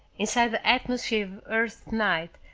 inside the atmosphere of earth's night,